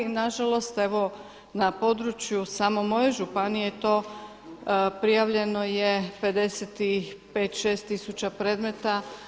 Na žalost evo na području samo moje županije to prijavljeno je 55 tisuća predmeta.